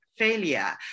failure